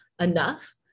enough